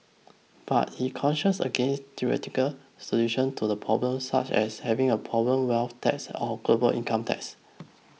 but he cautioned against theoretical solution to the problem such as having a problem wealth tax or global income tax